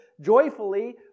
joyfully